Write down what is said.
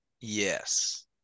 Yes